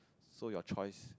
so your choice